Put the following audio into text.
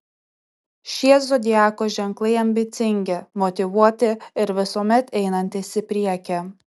šie zodiako ženklai ambicingi motyvuoti ir visuomet einantys į priekį